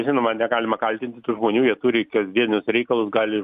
žinoma negalima kaltinti tų žmonių jie turi kasdienius reikalus gali